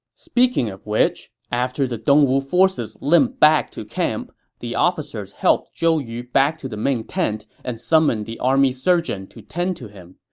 speaking of which, after the dongwu forces limped back to camp, the officers helped zhou yu back to the main tent and summoned the army surgeon to tend to him.